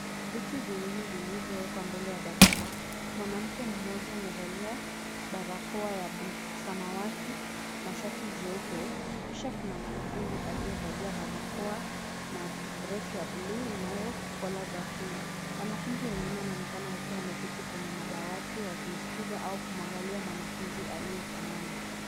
Viti viwili vilivyo ya kwa mbele ya darasa. Mwanamke mmoja amevalia barakoa ya samawati na shati jeupe, kisha kuna mwanafunzi aliyevalia barakoa na dresi ya buluu inayo kola za pink . Wanafunzi wengine wanaonekana wakiwa wameketi kwenye madawati wakimsikiliza au kumwangalia mwanafunzi aliyesimama.